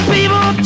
People